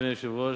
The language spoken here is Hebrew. אדוני היושב-ראש,